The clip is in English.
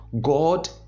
God